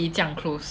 can be 这样 close